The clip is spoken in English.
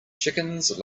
chickens